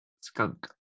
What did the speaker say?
Skunk